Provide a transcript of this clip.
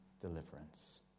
deliverance